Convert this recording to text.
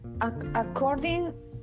according